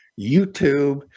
YouTube